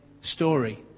story